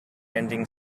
ending